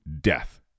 death